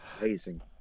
amazing